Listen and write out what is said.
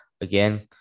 again